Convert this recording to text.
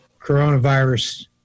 coronavirus